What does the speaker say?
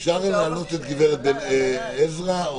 של המל"ל,